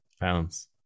pounds